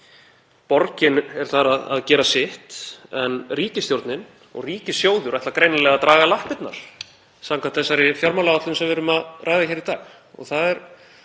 Borgin er þar að gera sitt en ríkisstjórnin og ríkissjóður ætla greinilega að draga lappirnar samkvæmt þeirri fjármálaáætlun sem við erum að ræða hér í dag. Það er